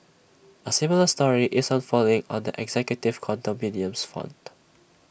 A similar story is unfolding on the executive condominiums front